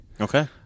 Okay